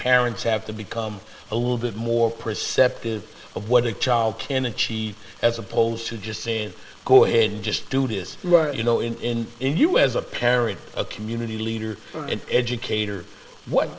parents have to become a little bit more perceptive of what a child can achieve as opposed to just saying go ahead and just do what is right you know in in you as a parent a community leader from an educator what